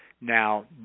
Now